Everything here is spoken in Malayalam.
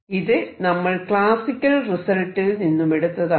ഇത് നമ്മൾ ക്ലാസിക്കൽ റിസൾട്ടിൽ നിന്നുമെടുത്തതാണ്